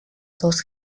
dos